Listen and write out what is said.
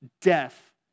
death